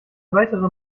weitere